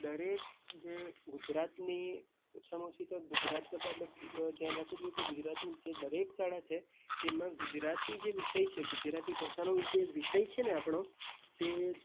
દરેક જે ગુજરાતની ઓછામાં ઓછી તો ગુજરાત કરતાં આપણે ધ્યાન રાખવું જોઈએ ગુજરાતની જે દરેક શાળા છે તેમાં જે ગુજરાતી જે વિષય છે ગુજરાતી ભાષાનો જે વિષય છે ને આપણો તે